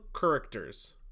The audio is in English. characters